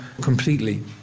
completely